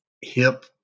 hip